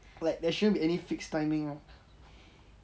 there shouldn't be any fixed timing ah